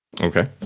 okay